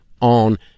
on